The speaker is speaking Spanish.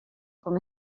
con